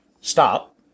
stop